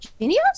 Genius